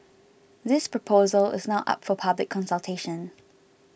this proposal is now up for public consultation